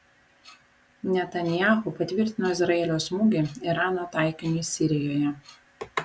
netanyahu patvirtino izraelio smūgį irano taikiniui sirijoje